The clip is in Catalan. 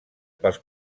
pels